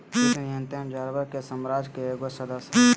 कीट नियंत्रण जानवर के साम्राज्य के एगो सदस्य हइ